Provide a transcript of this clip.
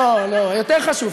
לא, לא, יותר חשוב.